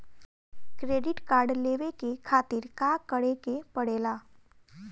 Credit card लेवे के खातिर का करेके पड़ेला?